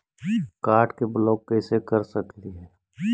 Card के block कैसे कर सकली हे?